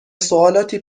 سوالاتی